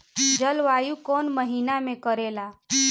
जलवायु कौन महीना में करेला?